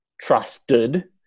trusted